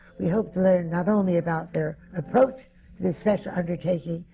we hope to learn not only about their approach to this special undertaking,